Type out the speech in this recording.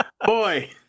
boy